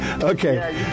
okay